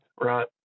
right